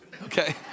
Okay